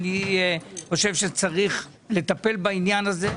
אני חושב שצריך לטפל בעניין הזה.